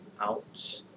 Ouch